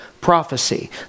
prophecy